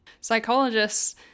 Psychologists